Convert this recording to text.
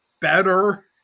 better